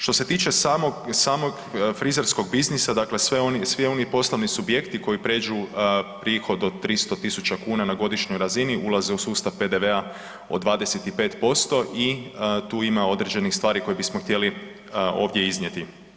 Što se tiče samog frizerskog biznisa, dakle svi oni poslovni subjekti koji pređu prihod od 300 000 kn na godišnjoj razini, ulaze u sustav PDV-a od 25% i tu ima određenih stvari koje bismo htjeli ovdje iznijeti.